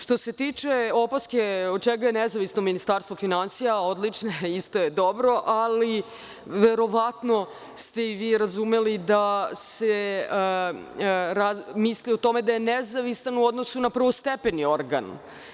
Što se tiče opaske od čega je nezavisno Ministarstvo finansija, odlično, isto je dobro, ali verovatno ste i vi razumeli da se misli o tome da je nezavistan u odnosu na drugostepeni organ.